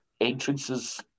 entrances